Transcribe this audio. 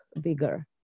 bigger